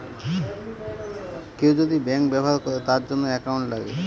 কেউ যদি ব্যাঙ্ক ব্যবহার করে তার জন্য একাউন্ট লাগে